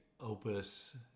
Opus